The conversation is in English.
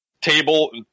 table